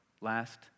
last